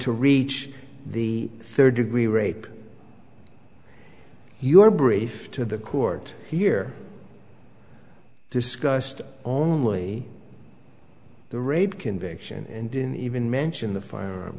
to reach the third degree rape your brief to the court here discussed only the rape conviction and didn't even mention the firearm